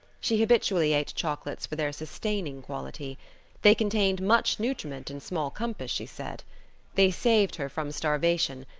she habitually ate chocolates for their sustaining quality they contained much nutriment in small compass, she said they saved her from starvation,